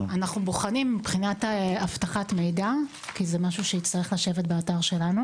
אנחנו בוחנים מבחינת אבטחת מידע כי זה יצטרך לשבת באתר שלנו